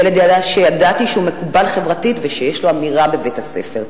ילד שידעתי שהוא מקובל חברתית ושיש לו אמירה בבית-הספר.